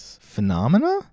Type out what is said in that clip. Phenomena